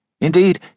Indeed